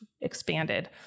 expanded